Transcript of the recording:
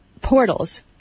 portals